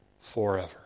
forever